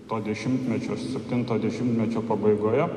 to dešimtmečio septinto dešimtmečio pabaigoje